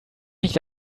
nicht